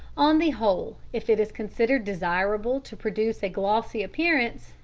on the whole, if it is considered desirable to produce a glossy appearance,